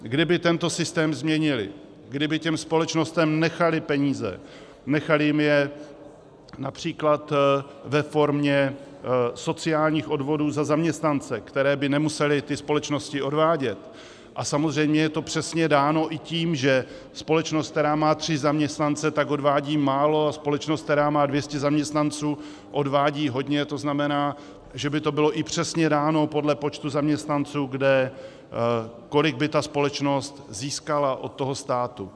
Kdyby tento systém změnily, kdyby těm společnostem nechaly peníze, nechaly jim je například ve formě sociálních odvodů za zaměstnance, které by nemusely ty společnosti odvádět, a samozřejmě je to přesně dáno i tím, že společnost, která má tři zaměstnance, tak odvádí málo, a společnost, která má 200 zaměstnanců, odvádí hodně, to znamená, že by to bylo i přesně dáno podle počtu zaměstnanců, kolik by ta společnost získala od toho státu.